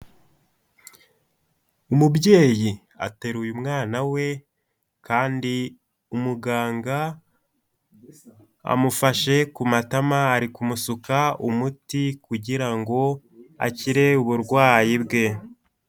Umubyeyi ateraruye umwana we kandi umuganga amufashe ku matama ari kumusuka umuti kugira ngo akire uburwayi bwe.